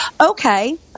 okay